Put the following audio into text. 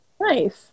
Nice